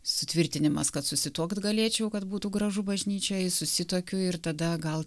sutvirtinimas kad susituokt galėčiau kad būtų gražu bažnyčioj susituokiu ir tada gal